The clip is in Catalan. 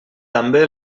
també